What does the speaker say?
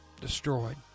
destroyed